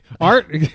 art